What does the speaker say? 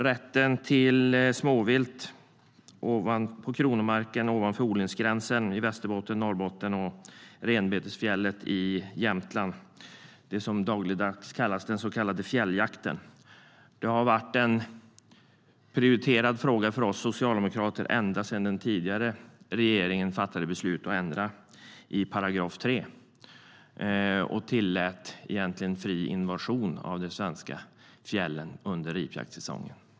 Rätten till jakt på småvilt på kronomark ovanför odlingsgränsen i Västerbotten och Norrbotten samt i renbetesfjällen i Jämtland, den så kallade fjälljakten, har varit en prioriterad fråga för oss socialdemokrater ända sedan den tidigare regeringen fattade beslut om att ändra i § 3 och därmed egentligen tillät fri invasion i de svenska fjällen under ripjaktssäsongen.